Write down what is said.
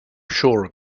sure